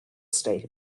state